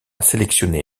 sélectionné